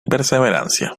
perseverancia